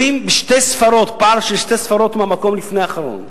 עם פער של שתי ספרות מהמקום הלפני אחרון.